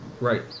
right